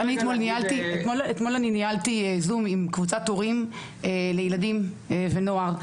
אתמול אני ניהלתי זום עם קבוצת הורים לילדים ונוער,